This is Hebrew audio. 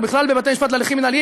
או בכלל בבתי-משפט להליכים מינהליים,